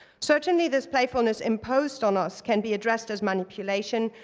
certainly this playfulness imposed on us can be addressed as manipulation.